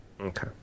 Okay